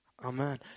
Amen